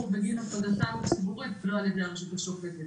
הציבור בגין עבודתה הציבורית ולא על ידי הרשות השופטת.